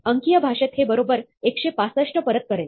अंकीय भाषेत हे बरोबर 165 परत करेल